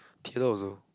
Kilor also